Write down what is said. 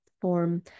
form